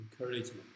encouragement